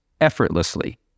effortlessly